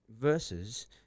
versus